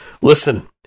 listen